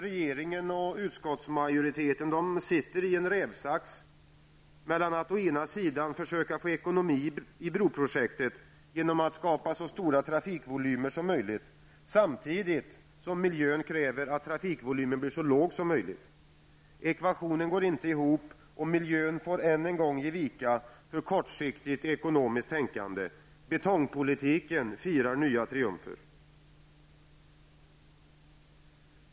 Regeringen och utskottsmajoriteten sitter i en rävsax mellan att å ena sidan försöka få ekonomi i broprojektet genom att skapa så stora trafikvolymer som möjligt samtidigt som miljön kräver att trafikvolymen blir så låg som möjligt. Ekvationen går inte ihop, och miljön får än en gång ge vika för kortsiktigt ekonomiskt tänkande. Betongpolitiken firar nya triumfer.